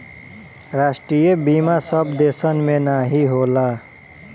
राष्ट्रीय बीमा सब देसन मे नाही होला